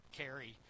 carry